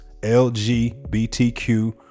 LGBTQ